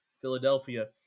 philadelphia